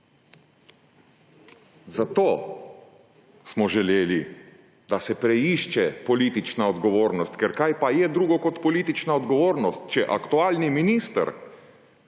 Zato smo želeli, da se preišče politična odgovornost, ker kaj pa je drugo kot politična odgovornost, če aktualni minister